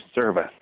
service